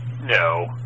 No